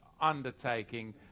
undertaking